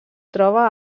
troba